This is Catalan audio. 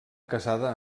casada